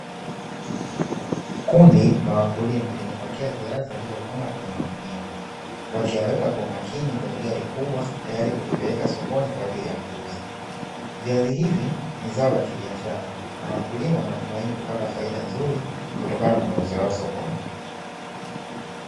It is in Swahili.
Kundi la wakulima limepakia viazi waliovuna kwenye magunia wakiweka kwa umakini kwenye gari kubwa tayari kuvipeleka sokoni kwajili ya kuuza. Viazi hivi ni zao la kiabiashara na wakulima wanatumaini na kupata faida nzuri kutokana na mauzo yao sokoni.